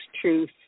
truth